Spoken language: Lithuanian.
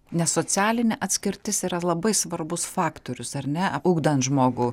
nes socialinė atskirtis yra labai svarbus faktorius ar ne ugdant žmogų